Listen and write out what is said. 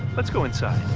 let's go inside.